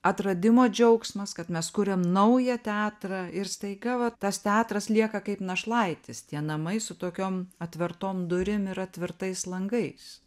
atradimo džiaugsmas kad mes kuriam naują teatrą ir staiga va tas teatras lieka kaip našlaitis tie namai su tokiom atvertom durim ir atvertais langais